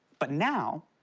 but now,